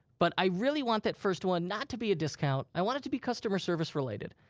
but i really want that first one not to be a discount. i want it to be customer service-related,